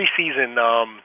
preseason